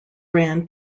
ran